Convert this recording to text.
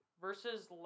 Versus